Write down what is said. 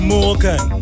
Morgan